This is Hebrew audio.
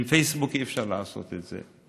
עם פייסבוק אי-אפשר לעשות את זה.